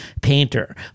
painter